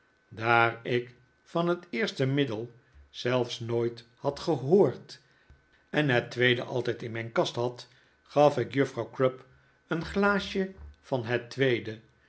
daar ik van het eerste middel zelfs nooit had gehoord en het tweede altijd in mijn kast had gaf ik juffrouw crupp een glaasje van het tweede